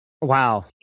Wow